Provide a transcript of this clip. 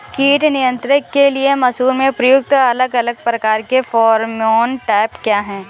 कीट नियंत्रण के लिए मसूर में प्रयुक्त अलग अलग प्रकार के फेरोमोन ट्रैप क्या है?